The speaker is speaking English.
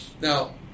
Now